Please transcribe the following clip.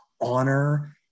honor